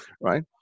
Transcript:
right